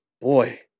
boy